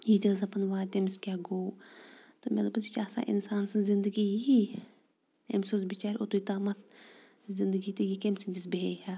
یہِ تہِ ٲس دپان واے تِٔمس کیاہ گوٚو تہٕ مےٚ دوٚپُس یہِ چھ آسن انسان سٕنٛز زندگی یی أمس اوس بِچارِ اوٚتُے تامتھ زندگی تہٕ یہِ کیٚمہِ سٕندِس بیٚہہِ